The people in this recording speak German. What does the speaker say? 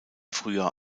frühjahr